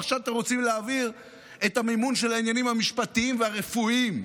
ועכשיו אתם רוצים להעביר את המימון של העניינים המשפטיים והרפואיים.